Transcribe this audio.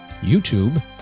YouTube